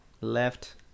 left